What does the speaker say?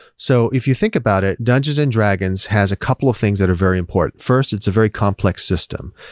so if you think about it, dungeons and dragons has a couple of things that are very important. first, it's a very complex system.